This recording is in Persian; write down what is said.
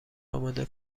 آماده